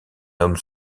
homme